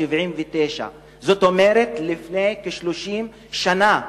זאת אומרת לפני כ-30 שנה,